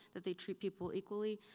that they treat people equally,